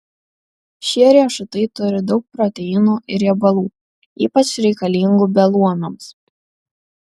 šie riešutai turi daug proteinų ir riebalų ypač reikalingų beluomiams